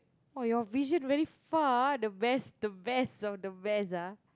oh your vision very far ah the best the best of the best ah